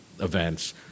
Events